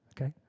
okay